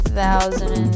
thousand